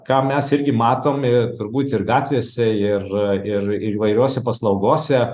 ką mes irgi matom ir turbūt ir gatvėse ir ir ir įvairiose paslaugose